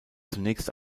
zunächst